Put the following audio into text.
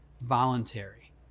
voluntary